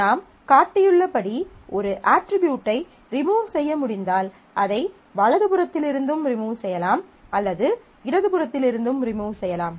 நாம் காட்டியுள்ளபடி ஒரு அட்ரிபியூட்டை ரிமூவ் செய்ய முடிந்தால் அதை வலது புறத்திலிருந்தும் ரிமூவ் செய்யலாம் அல்லது இடது புறத்திலிருந்தும் ரிமூவ் செய்யலாம்